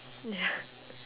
ya